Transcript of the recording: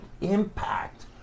impact